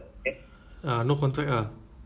uh no contract ah